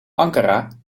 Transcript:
ankara